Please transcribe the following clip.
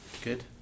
Good